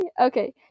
Okay